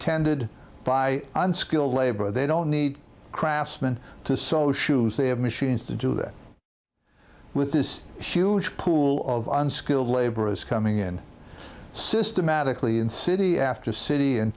tended by unskilled labor they don't need craftsmen to sew shoes they have machines to do that with this huge pool of unskilled laborers coming in systematically in city after city